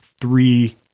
three